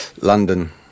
London